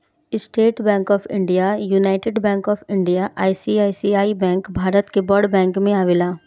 estate Bank of India, United Bank of India, ICICI bank Bharat के बड़ बैंक में आवेला